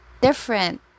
different